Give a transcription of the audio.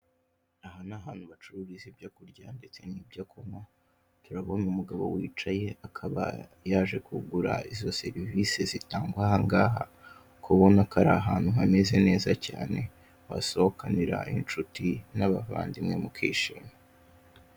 Aha ni ahantu bacururiza ibyo kurya ndetse n'ibyo kunywa, turabona umugabo wicaye, akaba yaje kugura izo serivisi zitangwa aha ngaha, kuko ubona ko ari ahantu hameze neza cyane wasohokanira inshuti n'abavandimwe mukishima.